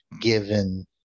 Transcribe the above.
given